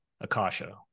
Akasha